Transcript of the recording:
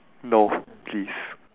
no please